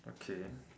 okay